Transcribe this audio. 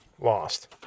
lost